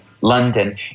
London